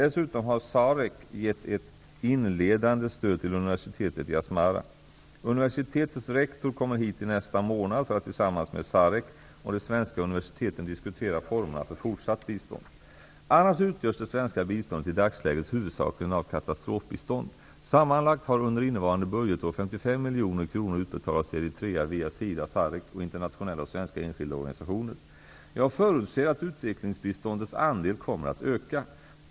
Dessutom har SAREC gett ett inledande stöd till universitetet i Asmara. Universitetets rektor kommer hit i nästa månad för att tillsammans med SAREC och de svenska universiteten diskutera formerna för fortsatt bistånd. Annars utgörs det svenska biståndet i dagsläget huvudsakligen av katastrofbistånd. Sammanlagt har under innevarande budgetår 55 miljoner kronor utbetalats till Eritrea via SIDA, SAREC och internationella och svenska enskilda organisationer. Jag förutser att utvecklingsbiståndets andel kommer att öka.